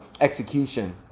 execution